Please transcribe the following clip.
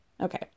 Okay